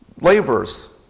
laborers